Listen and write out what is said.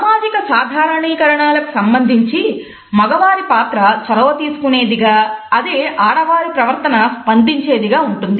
సామాజిక సాధారణీకరణల కు సంబంధించి మగవారి పాత్ర చొరవ తీసుకునేది గా అదే ఆడవారి ప్రవర్తన స్పందించేది గా ఉంటుంది